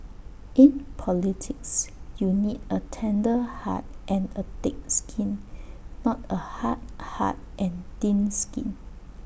in politics you need A tender heart and A thick skin not A hard heart and thin skin